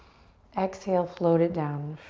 exhale, float it down.